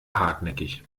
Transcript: hartnäckig